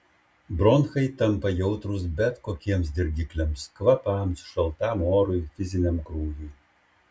bronchai tampa jautrūs bet kokiems dirgikliams kvapams šaltam orui fiziniam krūviui